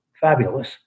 fabulous